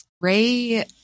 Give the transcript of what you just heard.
Ray